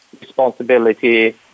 Responsibility